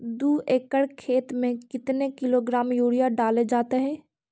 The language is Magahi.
दू एकड़ खेत में कितने किलोग्राम यूरिया डाले जाते हैं?